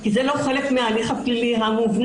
כי זה לא חלק מן ההליך הפלילי המובנה.